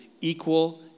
equal